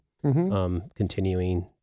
continuing